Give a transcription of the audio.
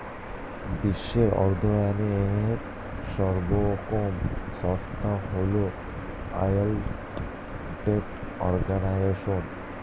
বিশ্বের অর্থায়নের সর্বোত্তম সংস্থা হল ওয়ার্ল্ড ট্রেড অর্গানাইজশন